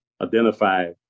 identify